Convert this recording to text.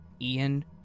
Ian